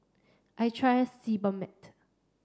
I trust Sebamed